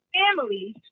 families